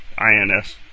INS